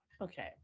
okay